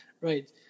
Right